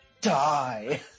die